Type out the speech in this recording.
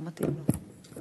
לא מתאים לו.